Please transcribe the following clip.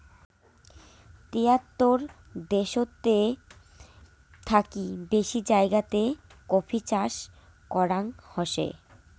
তিয়াত্তর দ্যাশেতের থাকি বেশি জাগাতে কফি চাষ করাঙ হসে